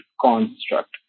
construct